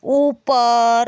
ऊपर